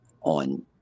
on